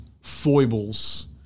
foibles